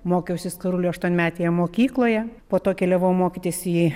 mokiausi skarulių aštuonmetėje mokykloje po to keliavau mokytis į